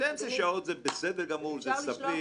12 שעות זה בסדר גמור, זה סביר.